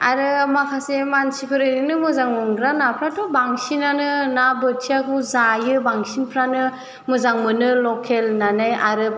आरो माखासे मानसिफोर ओरैनो मोजां मोनग्रा नाफ्राथ' बांसिनानो ना बोथियाखौ जायो बांसिनफ्रानो मोजां मोनो लकेल होनानै